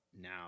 now